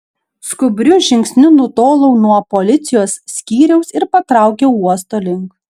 skubriu žingsniu nutolau nuo policijos skyriaus ir patraukiau uosto link